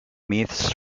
myths